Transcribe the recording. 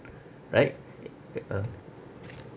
right eh eh uh